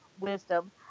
Wisdom